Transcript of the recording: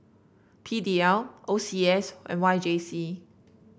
P D L O C S and Y J C